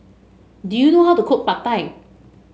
do you know how to cook Pad Thai